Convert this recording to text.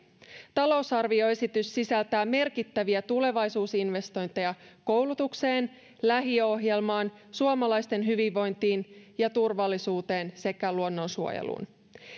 talousarvioesitys sisältää merkittäviä tulevaisuusinvestointeja koulutukseen lähiöohjelmaan suomalaisten hyvinvointiin ja turvallisuuteen sekä luonnonsuojeluun